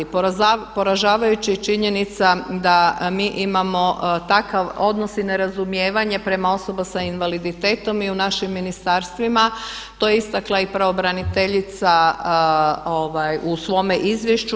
Poražavajuća je činjenica da mi imamo takav odnos i ne razumijevanje prema osobama s invaliditetom i u našim ministarstvima to je istakla i pravobraniteljica u svome izvješću.